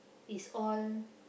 is all